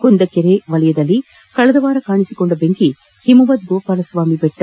ಕುಂದಕೆರೆ ವಲಯದಲ್ಲಿ ಕಳೆದ ವಾರ ಕಾಣಿಸಿಕೊಂಡ ಬೆಂಕಿ ಹಿಮವದ್ ಗೋಪಾಲಸ್ವಾಮಿ ಬೆಟ್ಟ